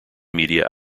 media